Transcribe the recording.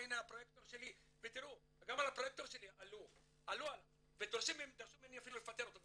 גם על הפרויטור שלי עלו ודרשו ממני אפילו לפטר אותו,